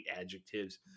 adjectives